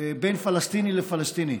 בין פלסטיני לפלסטיני.